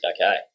Okay